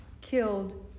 killed